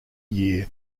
year